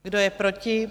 Kdo je proti?